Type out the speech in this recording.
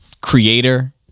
creator